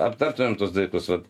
aptartumėm tuos daiktus vat